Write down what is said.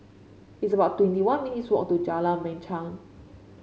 it's about twenty one minutes' walk to Jalan Machang